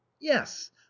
yes